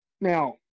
Now